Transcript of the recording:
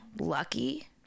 Lucky